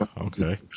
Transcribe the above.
Okay